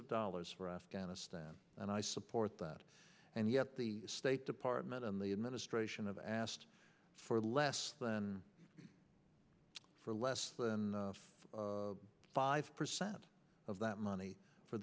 of dollars for afghanistan and i support that and yet the state department and the administration of asked for less than for less than five percent of that money for